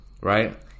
right